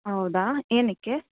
ಹೌದಾ ಏನಕ್ಕೆ